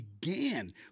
began